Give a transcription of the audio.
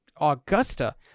Augusta